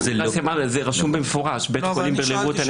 זה רשום במפורש, בית חולים לבריאות הנפש.